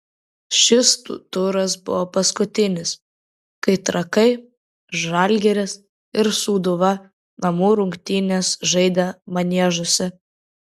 šis turas buvo paskutinis kai trakai žalgiris ir sūduva namų rungtynes žaidė maniežuose